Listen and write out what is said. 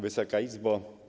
Wysoka Izbo!